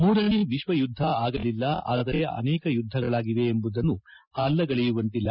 ಮೂರನೇ ವಿಶ್ವ ಯುದ್ದ ಆಗಲಿಲ್ಲ ಆದರೆ ಅನೇಕ ಯುದ್ದಗಳಾಗಿವೆ ಎಂಬುದನ್ನು ಅಲ್ಲಗೆಳೆಯುವಂತಿಲ್ಲ